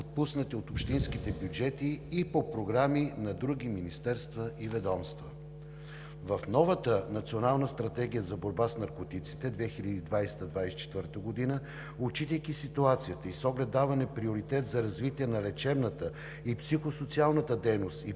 отпуснати от общинските бюджети и по програми на други министерства и ведомства. В новата Национална стратегия за борба с наркотиците 2020 – 2024 г., отчитайки ситуацията и с оглед даване приоритет за развитие на лечебната психосоциалната дейност, и